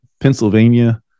Pennsylvania